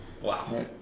Wow